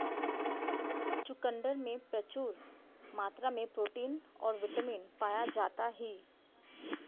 चुकंदर में प्रचूर मात्रा में प्रोटीन और बिटामिन पाया जाता ही